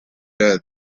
death